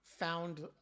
found